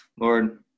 Lord